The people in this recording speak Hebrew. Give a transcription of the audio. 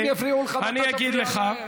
אז תמשיך, והם יפריעו לך, ואתה תפריע להם.